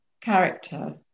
character